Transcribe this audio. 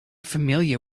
familiar